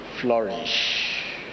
flourish